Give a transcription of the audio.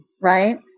right